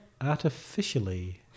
artificially